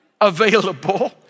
available